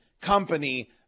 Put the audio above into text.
company